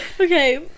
Okay